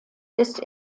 ist